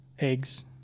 Eggs